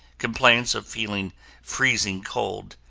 complains of feeling freezing cold,